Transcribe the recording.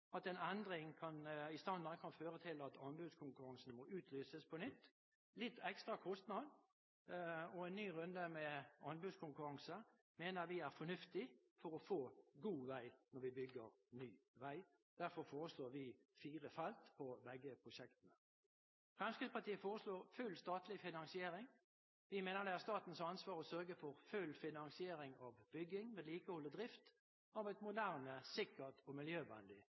at en endring i standard kan føre til anbudskonkurransen må utlyses på nytt. Litt ekstra kostnad og en ny runde med anbudskonkurranse mener vi er fornuftig for å få god vei når vi bygger ny vei. Derfor foreslår vi fire felt på begge prosjektene. Fremskrittspartiet foreslår full statlig finansiering. Vi mener det er statens ansvar å sørge for full finansiering av bygging, vedlikehold og drift av et moderne, sikkert og miljøvennlig